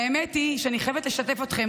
והאמת היא שאני חייבת לשתף אתכם,